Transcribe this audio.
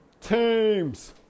teams